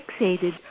fixated